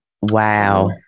Wow